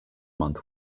month